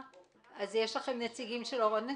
יש לכם נציגים של אורנית